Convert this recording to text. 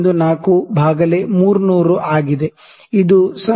4 ಭಾಗಲೇ 300 ಆಗಿದೆ ಇದು 0